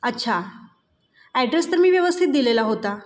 अच्छा ॲड्रेस तर मी व्यवस्थित दिलेला होता